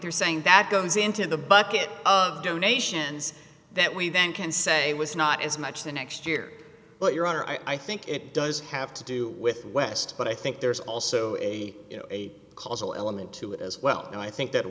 they're saying that goes into the bucket of donations that we then can say was not as much the next year but your honor i think it does have to do with west but i think there's also a causal element to it as well and i think that